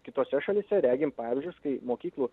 kitose šalyse regim pavyzdžius kai mokyklų